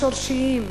השורשיים,